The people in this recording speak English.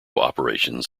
operations